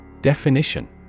Definition